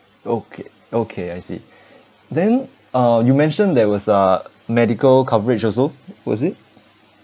okay okay I see then uh you mentioned there was uh medical coverage also was it